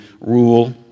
rule